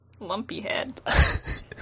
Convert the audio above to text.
Lumpyhead